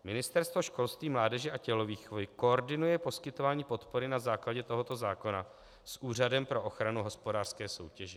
Ministerstvo školství, mládeže a tělovýchovy koordinuje poskytování podpory na základě tohoto zákona s Úřadem pro ochranu hospodářské soutěže.